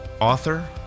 author